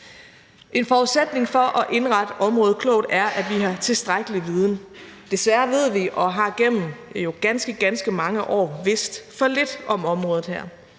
En forudsætning for at indrette området klogt er, at vi har tilstrækkelig viden. Desværre ved vi og har gennem ganske, ganske mange år vidst for lidt om området her.